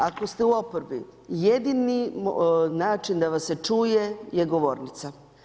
Ako ste u oporbi jedini način da vas čuje je govornica.